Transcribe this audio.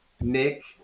Nick